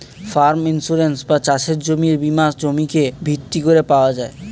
farm insurance বা চাষের জমির বীমা জমিকে ভিত্তি করে পাওয়া যায়